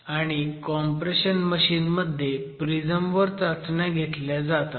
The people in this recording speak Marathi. आणि कॉम्प्रेशन मशीन मध्ये प्रिझम वर चाचण्या घेतल्या जातात